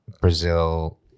Brazil